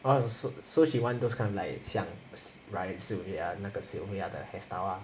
orh so she want those kind of like 像 ryan sylvia 那个 sylvia 的 hairstyle ah